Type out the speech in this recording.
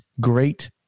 great